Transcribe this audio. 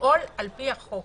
לפעול על פי החוק.